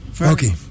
okay